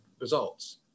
results